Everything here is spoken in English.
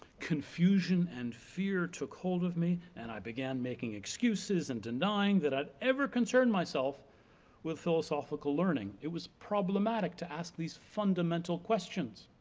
confusion and fear took hold of me, and i began making excuses and denying that i'd ever concern myself with philosophical learning. it was problematic to ask these fundamental questions.